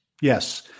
Yes